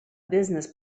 business